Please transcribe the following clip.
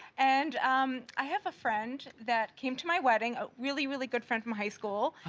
and um i have a friend that came to my wedding, a really, really good friend from high school,